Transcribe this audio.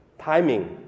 timing